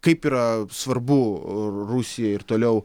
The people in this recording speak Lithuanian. kaip yra svarbu rusijai ir toliau